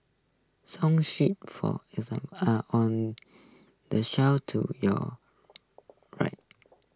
song sheets for are on the shelf to your right